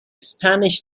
spanish